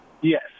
Yes